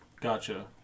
Gotcha